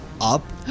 up